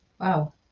Wow